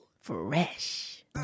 Fresh